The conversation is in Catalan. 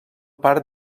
part